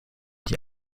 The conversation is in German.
die